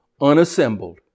unassembled